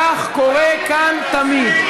כך קורה כאן תמיד,